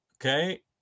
Okay